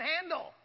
handle